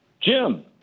Jim